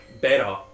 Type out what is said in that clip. better